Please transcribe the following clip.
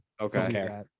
Okay